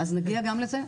אז נגיע גם לזה.